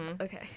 Okay